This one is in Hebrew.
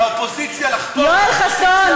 לאופוזיציה לחתוך, יואל חסון,